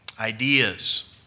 ideas